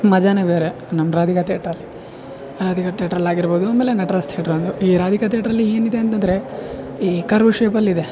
ಮಜಾನೇ ಬೇರೆ ನಮ್ಮ ರಾಧಿಕ ತೇಟ್ರಲ್ಲಿ ರಾಧಿಕ ತೇಟ್ರ್ಲ್ಲಿ ಆಗಿರ್ಬೋದು ಆಮೇಲೆ ನಟರಾಜ್ ತೇಟ್ರ್ ಒಂದು ಈ ರಾಧಿಕ ತೇಟ್ರಲ್ಲಿ ಏನಿದೆ ಅಂತಂದರೆ ಈ ಕರ್ವ್ ಶೇಪಲ್ಲಿ ಇದೆ